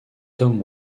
tom